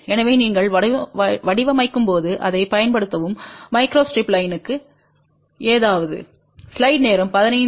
எனவே நீங்கள் வடிவமைக்கும்போது அதைப் பயன்படுத்தவும் மைக்ரோஸ்ட்ரிப் லைன்க்கு ஏதாவது